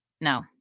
No